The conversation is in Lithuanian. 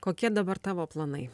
kokie dabar tavo planai